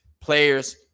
players